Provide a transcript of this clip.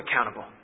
accountable